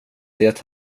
det